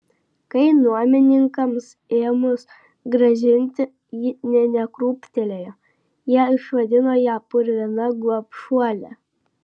kai nuomininkams ėmus grasinti ji nė nekrūptelėjo jie išvadino ją purvina gobšuole